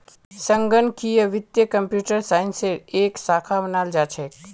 संगणकीय वित्त कम्प्यूटर साइंसेर एक शाखा मानाल जा छेक